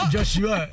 Joshua